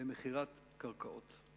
במכירת קרקעות.